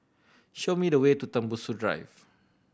show me the way to Tembusu Drive